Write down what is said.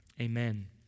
amen